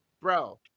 bro